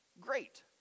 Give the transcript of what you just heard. great